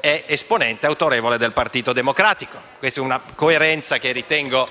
esponente del Partito Democratico. Questa è una coerenza che ritengo